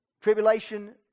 tribulation